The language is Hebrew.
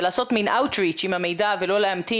ולעשות מן out reach עם המידע ולא להמתין